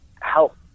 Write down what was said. help